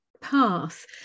path